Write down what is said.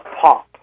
pop